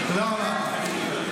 תודה רבה.